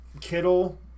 Kittle